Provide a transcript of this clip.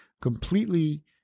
completely